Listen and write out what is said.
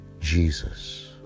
Jesus